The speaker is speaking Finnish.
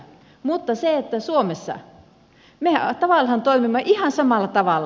mutta suomessa me tavallaan toimimme ihan samalla tavalla